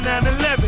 9-11